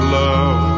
love